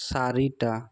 চাৰিটা